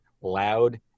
loud